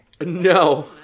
no